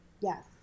yes